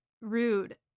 rude